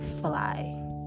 fly